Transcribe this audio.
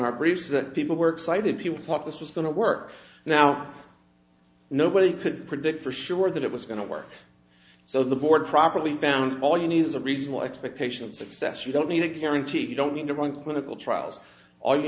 our briefs that people were excited people thought this was going to work now nobody could predict for sure that it was going to work so the board properly found all you need is a reasonable expectation of success you don't need a guarantee you don't need to run clinical trials all you